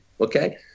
okay